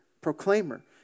proclaimer